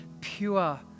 pure